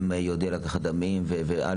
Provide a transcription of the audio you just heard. שהם יודעים לקחת דמים וכו'.